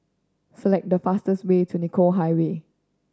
select the fastest way to Nicoll Highway